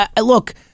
look